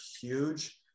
huge